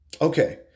Okay